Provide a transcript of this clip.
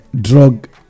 drug